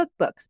cookbooks